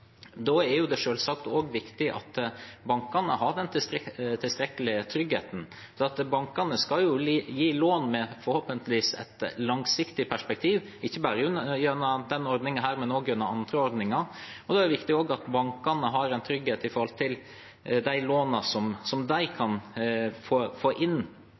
Da er det selvsagt også viktig at bankene har den tilstrekkelige tryggheten. For bankene skal jo gi lån med et – forhåpentligvis – langsiktig perspektiv, ikke bare gjennom denne ordningen, men også gjennom andre ordninger. Da er det viktig at bankene har en trygghet når det gjelder de lånene de kan få inn.